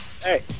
Hey